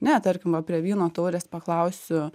ne tarkim va prie vyno taurės paklausiu